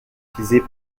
utilisée